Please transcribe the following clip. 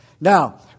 Now